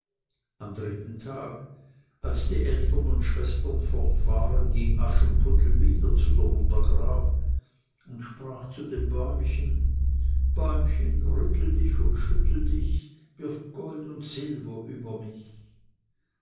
am dritten tag als die eltern und schwestern fort waren ging aschenputtel wieder zu seiner mutter grab und sprach zu dem bäumchen bäumchen rüttel dich und schüttel dich wirf gold und silber über mich